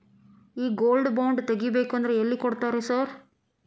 ಈ gold bond ತಗಾಬೇಕಂದ್ರ ಎಲ್ಲಿ ಕೊಡ್ತಾರ ರೇ ಸಾರ್?